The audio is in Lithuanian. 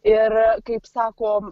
ir kaip sako